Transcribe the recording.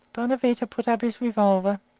bonavita put up his revolver,